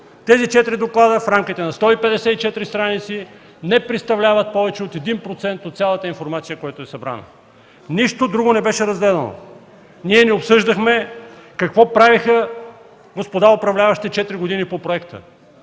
Тези четири доклада в рамките на 154 стр. не представляват повече от 1% от цялата събрана информация. Нищо друго не беше разгледано. Ние не обсъждахме какво правиха господа управляващите четири години по проекта.